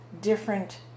different